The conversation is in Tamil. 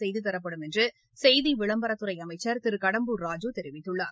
செய்துதரப்படும் என்று செய்தி விளம்பரத் துறை அமைச்சர் திரு கடம்பூர் ராஜு தெரிவித்துள்ளார்